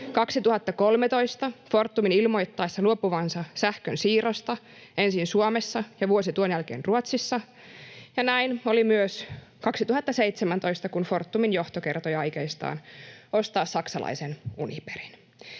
2013 Fortumin ilmoittaessa luopuvansa sähkönsiirrosta ensin Suomessa ja vuosi tuon jälkeen Ruotsissa, ja näin oli myös 2017, kun Fortumin johto kertoi aikeistaan ostaa saksalaisen Uniperin.